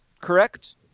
correct